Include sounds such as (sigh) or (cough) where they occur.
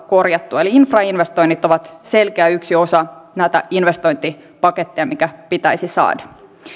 (unintelligible) korjattua eli infrainvestoinnit ovat selkeä yksi osa näitä investointipaketteja mikä pitäisi saada